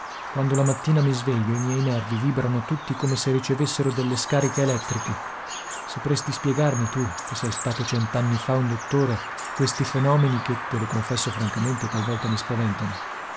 quando la mattina mi sveglio i miei nervi vibrano tutti come se ricevessero delle scariche elettriche sapresti spiegarmi tu che sei stato cent'anni fa un dottore questi fenomeni che te lo confesso francamente talvolta mi spaventano